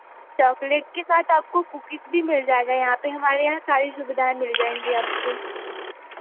chocolate के साथ आपको कुकीज भी मिल जाएगा यहाँ पर हमारे यहाँ सारी सुविधाएँ मिल जाएँगी आपको